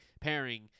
pairing